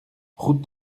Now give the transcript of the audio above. route